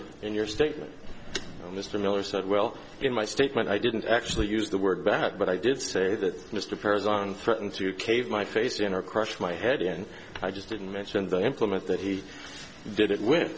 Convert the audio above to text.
it in your statement mr miller said well in my statement i didn't actually use the word back but i did say that mr perez on threatened to cave my face in our crush my head and i just didn't mention the implement that he did it with